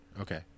okay